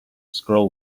scroll